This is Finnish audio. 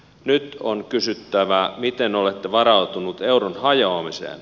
nyt on kysyttävä miten olette varautunut euron hajoamiseen